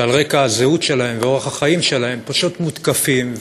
שעל רקע הזהות שלהם ואורח החיים שלהם פשוט מותקפים,